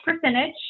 percentage